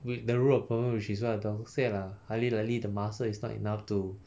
the root of the problem which is what the doctor say lah highly likely the muscle is not enough to